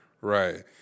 Right